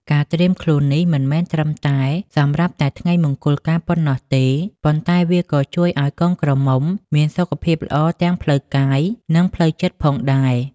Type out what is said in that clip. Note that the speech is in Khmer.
ការត្រៀមខ្លួននេះមិនមែនត្រឹមតែសម្រាប់តែថ្ងៃមង្គលការប៉ុណ្ណោះទេ ប៉ុន្តែវាក៏ជួយឱ្យកូនក្រមុំមានសុខភាពល្អទាំងផ្លូវកាយ និងផ្លូវចិត្តផងដែរ។